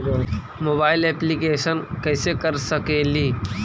Mobile application कैसे कर सकेली?